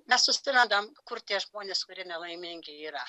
mes susirandam kur tie žmonės kurie nelaimingi yra